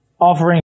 offering